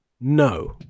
No